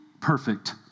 perfect